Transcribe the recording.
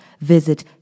visit